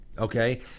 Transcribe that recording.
Okay